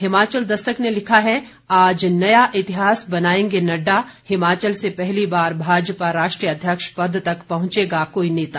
हिमाचल दस्तक ने लिखा है आज नया इतिहास बनाएंगे नड्डा हिमाचल से पहली बार भाजपा राष्ट्रीय अध्यक्ष पद तक पहुंचेगा कोई नेता